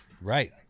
Right